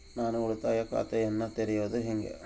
ನಾನು ಉಳಿತಾಯ ಖಾತೆಯನ್ನ ತೆರೆಯೋದು ಹೆಂಗ?